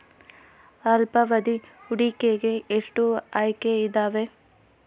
ಅಲ್ಪಾವಧಿ ಹೂಡಿಕೆಗೆ ಎಷ್ಟು ಆಯ್ಕೆ ಇದಾವೇ?